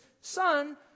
son